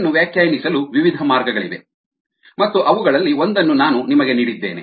ಇದನ್ನು ವ್ಯಾಖ್ಯಾನಿಸಲು ವಿವಿಧ ಮಾರ್ಗಗಳಿವೆ ಮತ್ತು ಅವುಗಳಲ್ಲಿ ಒಂದನ್ನು ನಾನು ನಿಮಗೆ ನೀಡಿದ್ದೇನೆ